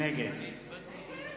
נגד